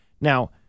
Now